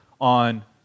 on